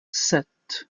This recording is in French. sept